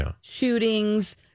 shootings